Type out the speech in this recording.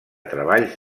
treballs